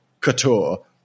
couture